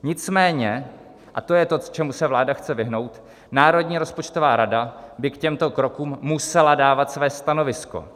Nicméně, a to je to, čemu se vláda chce vyhnout, Národní rozpočtová rada by k těmto krokům musela dávat své stanovisko.